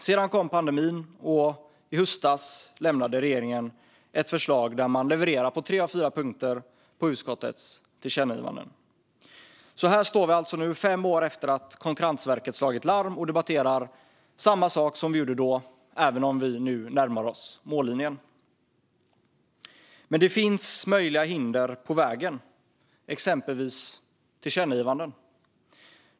Sedan kom pandemin, och i höstas lämnade regeringen ett förslag där man levererar på tre av fyra punkter i utskottets tillkännagivande. Här står vi alltså nu, fem år efter att Konkurrensverket slog larm, och debatterar samma sak som vi gjorde då, även om vi nu närmar oss mållinjen. Det finns dock möjliga hinder på vägen, exempelvis tillkännagivanden.